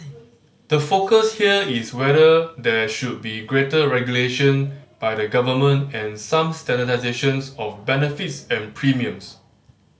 the focus here is whether there should be greater regulation by the government and some standardisation of benefits and premiums